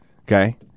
Okay